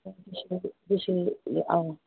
ꯑꯥ